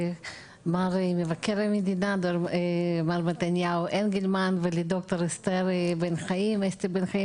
למבקר המדינה מר מתניהו אנגלמן ולד"ר אסתי בן חיים,